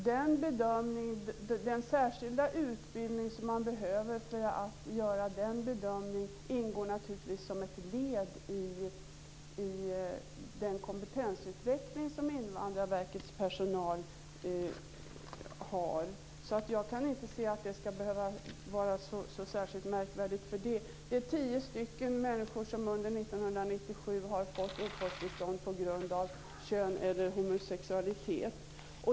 Den särskilda utbildning man behöver för att göra den bedömningen ingår naturligtvis som ett led i den kompetensutveckling som Invandrarverkets personal har. Så jag kan inte se att det skulle behöva vara så särskilt märkvärdigt. Det är tio människor som under 1997 har fått uppehållstillstånd på grund av kön eller homosexualitet.